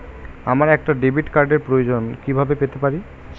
আমার একটা ডেবিট কার্ডের প্রয়োজন কিভাবে পেতে পারি?